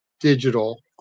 digital